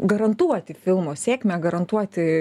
garantuoti filmo sėkmę garantuoti